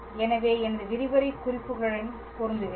எனவே எனது விரிவுரை குறிப்புகளுடன் பொருந்துகிறேன்